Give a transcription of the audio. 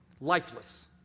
Lifeless